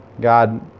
God